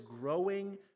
growing